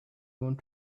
want